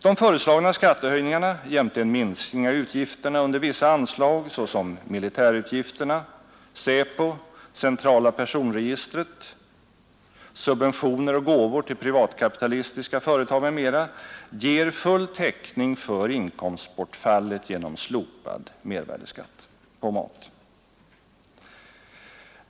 De föreslagna skattehöjningarna jämte en minskning av utgifterna under vissa anslag, såsom militärutgifterna, SÄPO, centrala personregistret, subventioner och gåvor till privatkapitalistiska företag m.m. ger full täckning för inkomstbortfallet genom slopad mervärdeskatt på mat.